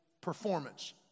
performance